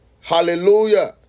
Hallelujah